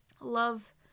love